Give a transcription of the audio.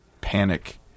panic